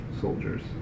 soldiers